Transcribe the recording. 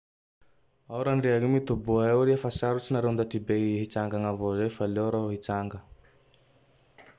Ao Ragnandria! mitoboa eo riha fa sarotsy nareo ndaty be y hitsagn'avao zay fa aleo raho hitsanga.